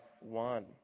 one